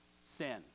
sin